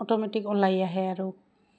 automatic ওলাই আহে আৰু